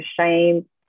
shame